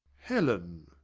helen!